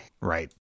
Right